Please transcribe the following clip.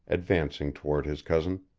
advancing toward his cousin.